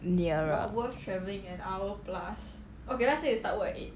nearer